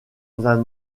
vingt